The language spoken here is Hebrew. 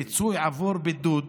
פיצוי עבור בידוד,